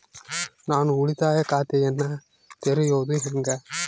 ನಾನು ಉಳಿತಾಯ ಖಾತೆಯನ್ನ ತೆರೆಯೋದು ಹೆಂಗ?